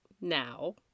now